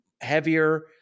heavier